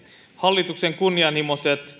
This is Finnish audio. hallituksen kunnianhimoiset